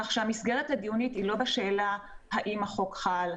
כך שהמסגרת הדיונית היא לא בשאלה האם החוק חל,